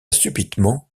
subitement